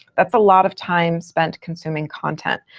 that's a lot of time spent consuming content.